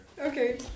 Okay